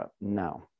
No